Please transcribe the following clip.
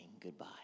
goodbye